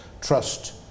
trust